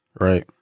Right